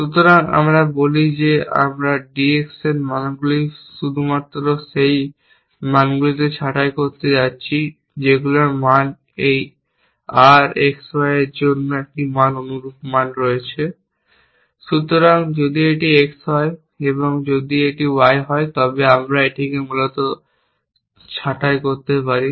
সুতরাং আমরা বলি যে আমরা D X এর মানগুলিকে শুধুমাত্র সেই মানগুলিতে ছাঁটাই করতে যাচ্ছি যেগুলির মান এই R X Y এর জন্য একটি মান অনুরূপ মান রয়েছে। সুতরাং যদি এটি X হয় এবং এটি Y হয় তবে আমরা এটিকে মূলত ছাঁটাই করতে পারি